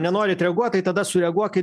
nenorit reaguot tai tada sureaguoki